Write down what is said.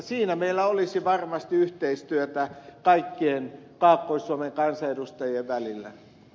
siinä meillä olisi varmasti yhteistyötä kaikkien kaakkois suomen kansanedustajien välillä